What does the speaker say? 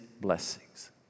blessings